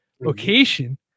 location